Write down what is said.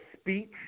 speech